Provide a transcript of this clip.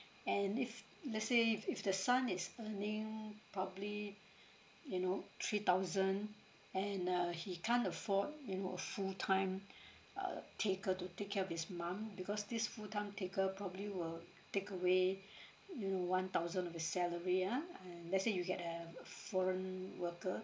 and if let's say if the son is earning probably you know three thousand and uh he can't afford you know a full time uh taker to take care of his mum because this full time taker probably will take away you know one thousand of his salary ah and let's say you get a foreign worker